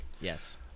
Yes